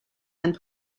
and